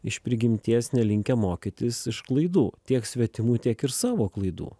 iš prigimties nelinkę mokytis iš klaidų tiek svetimų tiek ir savo klaidų